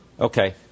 Okay